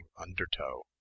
undertow